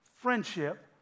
friendship